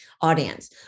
audience